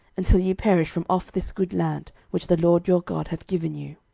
until ye perish from off this good land which the lord your god hath given you.